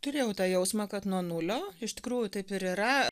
turėjau tą jausmą kad nuo nulio iš tikrųjų taip ir yra